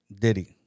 Diddy